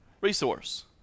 resource